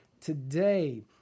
today